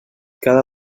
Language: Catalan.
cada